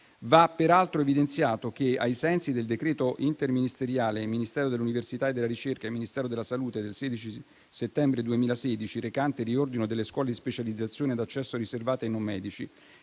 Va peraltro evidenziato che ai sensi del decreto interministeriale del Ministero dell'università e della ricerca e del Ministero della salute del 16 settembre 2016, recante riordino delle scuole di specializzazione ad accesso riservato ai non medici,